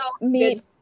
meet